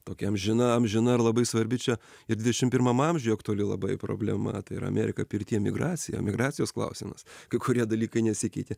tokia amžina amžina ir labai svarbi čia ir dvidešim pirmam amžiuj aktuali labai problema tai yra amerika pirtyje migracija emigracijos klausimas kai kurie dalykai nesikeitė